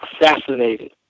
assassinated